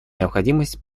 необходимость